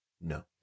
No